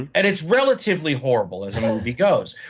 and and it's relatively horrible as a movie goes.